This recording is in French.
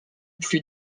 plus